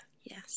Yes